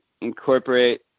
incorporate